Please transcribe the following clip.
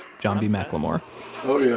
john b. mclemore oh, yeah